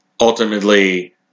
ultimately